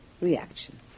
reaction